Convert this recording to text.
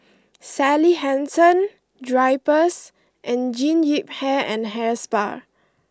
Sally Hansen Drypers and Jean Yip Hair and Hair Spa